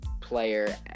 player